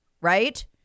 right